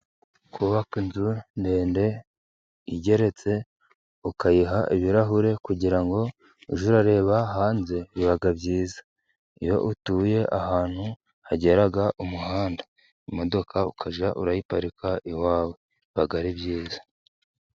Kubaka inzu ndende igeretse, ukayiha ibirahure kugira ngo ujye urareba hanze, biba byiza, iyo utuye ahantu hagera umuhanda, imodoka ukajya urayiparika iwawe, biba ari byiza.